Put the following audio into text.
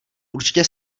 určitě